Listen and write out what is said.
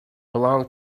belonged